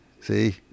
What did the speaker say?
See